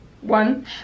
one